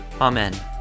Amen